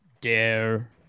Dare